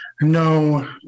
no